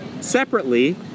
Separately